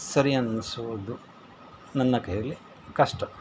ಸರಿ ಅನಿಸುವುದು ನನ್ನ ಕೈಯಲ್ಲಿ ಕಷ್ಟ